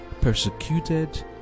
persecuted